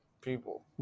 people